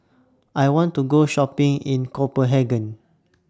I want to Go Shopping in Copenhagen